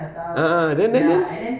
a'ah then then then